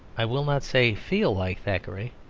i will not say feel like thackeray,